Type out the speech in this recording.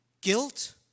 guilt